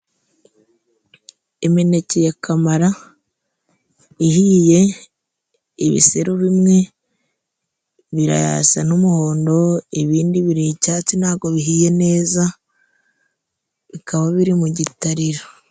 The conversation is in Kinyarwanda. Imineke ya kamara ihiye, ibiseru bimwe birasa n'umuhondo, ibindi biri icyatsi ntabwo bihiye neza, bikaba biri mu gitariro.